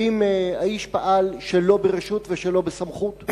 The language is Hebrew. האם האיש פעל שלא ברשות ושלא בסמכות?